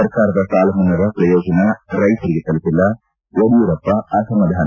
ಸರ್ಕಾರದ ಸಾಲ ಮನ್ನಾದ ಪ್ರಯೋಜನ ರೈತರಿಗೆ ತಲುಪಿಲ್ಲ ಯಡಿಯೂಪ್ಪ ಅಸಮಾಧಾನ